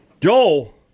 Joel